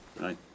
Hi